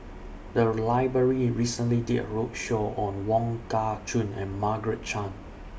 The Library recently did A roadshow on Wong Kah Chun and Margaret Chan